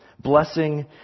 Blessing